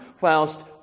whilst